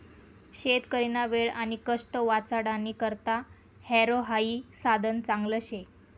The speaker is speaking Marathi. शेतकरीना वेळ आणि कष्ट वाचाडानी करता हॅरो हाई साधन चांगलं शे